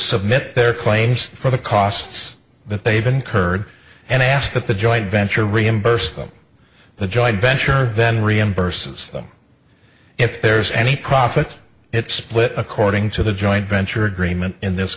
submit their claims for the costs that they've been incurred and asked that the joint venture reimburse them the joint venture then reimburse them if there's any profit it split according to the joint venture agreement in this